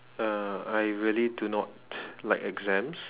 uh I really do not like exams